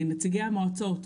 נציגי המועצות,